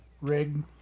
rig